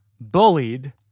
bullied